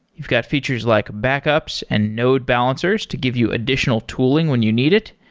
you've got features like backups and node balancers to give you additional tooling when you need it.